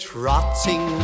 Trotting